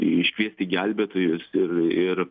iškviesti gelbėtojus ir ir